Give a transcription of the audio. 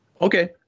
Okay